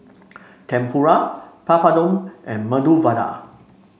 Tempura Papadum and Medu Vada